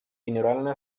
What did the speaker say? генеральной